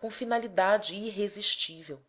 com finalidade irresistível